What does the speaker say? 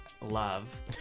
love